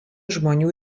žmonių